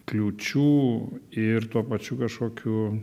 kliūčių ir tuo pačiu kažkokių